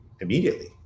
immediately